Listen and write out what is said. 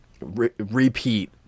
repeat